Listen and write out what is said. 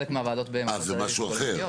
זה משהו אחר.